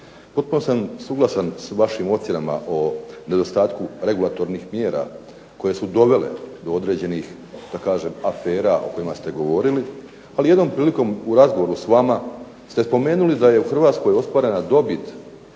Potpuno sam suglasan sa vašim ocjenama o nedostatku regulatornih mjera koje su dovele do određenih, da kažem afera o kojima ste govorili. Ali jednom prilikom u razgovoru sa vama ste spomenuli da je u Hrvatskoj ostvarena dobit